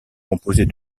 composée